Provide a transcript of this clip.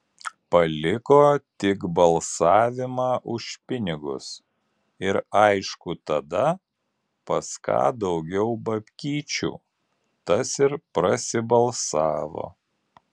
paliko tik balsavimą už pinigus ir aišku tada pas ką daugiau babkyčių tas ir prasibalsavo